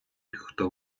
хто